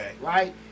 Right